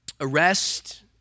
arrest